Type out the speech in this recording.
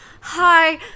hi